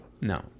no